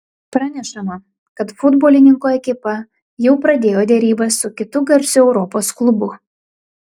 pranešama kad futbolininko ekipa jau pradėjo derybas su kitu garsiu europos klubu